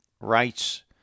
rights